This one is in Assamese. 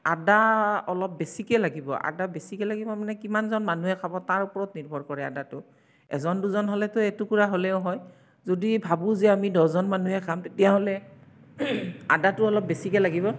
আদা অলপ বেছিকে লাগিব আদা বেছিকে লাগিব মানে কিমানজন মানুহে খাব তাৰ ওপৰত নিৰ্ভৰ কৰে আদাটো এজন দুজন হ'লেতো এটুকুৰা হ'লেও হয় যদি ভাবোঁ যে আমি দহজন মানুহে খাম তেতিয়াহ'লে আদাটো অলপ বেছিকে লাগিব